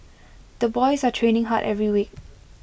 the boys are training hard every week